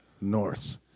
north